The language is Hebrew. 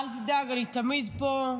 -- אל תדאג, אני תמיד פה.